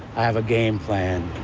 i have a game plan.